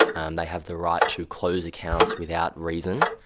um they have the right to close accounts without reason.